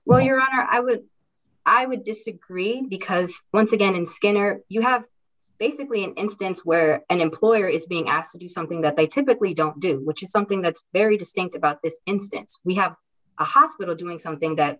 well your honor i would i would disagree because once again skinner you have basically an instance where an employer is being asked to do something that they typically don't do which is something that's very distinct about this instance we have a hospital doing something that